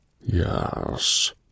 Yes